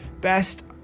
best